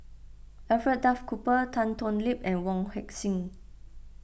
Alfred Duff Cooper Tan Thoon Lip and Wong Heck Sing